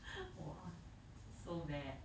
!wah! this is so bad